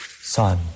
Son